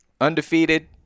undefeated